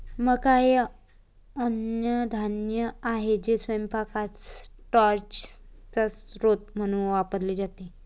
मका हे अन्नधान्य आहे जे स्वयंपाकात स्टार्चचा स्रोत म्हणून वापरले जाते